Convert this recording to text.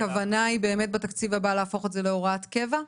הכוונה בתקציב הבא היא להפוך את זה להוראת קבע?